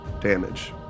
damage